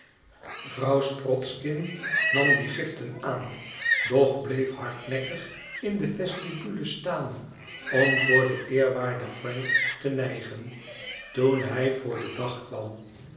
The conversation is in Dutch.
vrouw sprodskin nam die giften aan doch bleef hardnekkig in de vestibule staan om voor den eerwaarden frank te nijgen toen hij voor den dag kwam